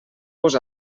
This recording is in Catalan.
vos